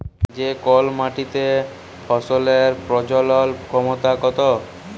যে কল মাটিতে ফসলের প্রজলল ক্ষমতা কত